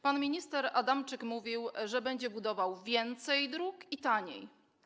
Pan minister Adamczyk mówił, że będzie budował więcej dróg i taniej.